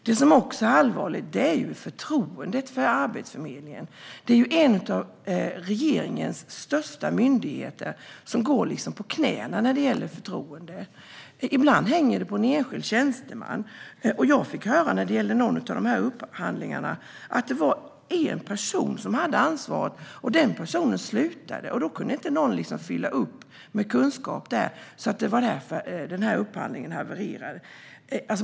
Det som också är allvarligt gäller förtroendet för Arbetsförmedlingen. Det är en av regeringens största myndigheter som går på knäna när det gäller förtroende. Ibland hänger det på en enskild tjänsteman. När det gäller någon av dessa upphandlingar fick jag höra att det var en person som hade ansvaret, och den personen slutade. Då kunde inte någon annan fylla upp med kunskap. Det var därför som denna upphandling havererade.